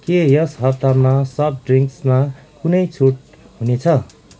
के यस हप्तामा सफ्ट ड्रिङ्कमा कुनै छुट हुने छ